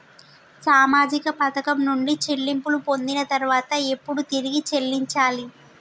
సామాజిక పథకం నుండి చెల్లింపులు పొందిన తర్వాత ఎప్పుడు తిరిగి చెల్లించాలి?